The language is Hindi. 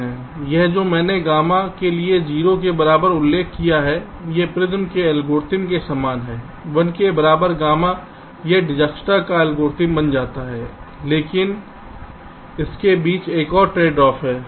यह जो मैंने गामा के लिए 0 के बराबर उल्लेख किया है वह प्रिमस के एल्गोरिथ्म के समान है 1 के बराबर गामा यह दिक्जस्ट्रा का एल्गोरिथ्म बन जाता है लेकिन इसके बीच में यह एक ट्रेडऑफ है